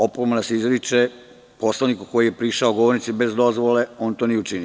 Opomena se izriče poslaniku koji je prišao govornici bez dozvole, a on to nije učinio.